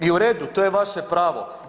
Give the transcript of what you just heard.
I u redu to je vaše pravo.